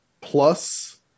plus